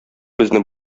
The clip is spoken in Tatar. безне